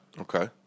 Okay